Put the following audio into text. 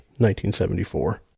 1974